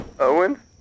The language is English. Owen